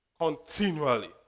continually